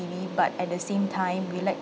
T_V but at the same time we like